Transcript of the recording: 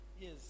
yes